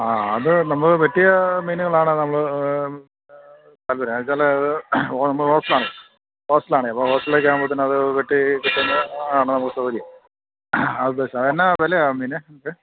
ആ അതു നമ്മള് വെട്ടിയ മീനുകളാണ് നമ്മള്ക്കു താല്പര്യം എന്നാന്നുവച്ചാല് നമ്മള് ഹോസ്റ്റലിലാണ് ഹോസ്റ്റലാണേ അപ്പോള് ഹോസ്റ്റലിലേക്ക ആകുമ്പോഴത്തേന് അത് വെട്ടിക്കിട്ടുന്നതാണു നമുക്കു സൗകര്യം അതുദ്ദേശിച്ചാണ് എനാ വിലയാണു മീനിന്